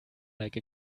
like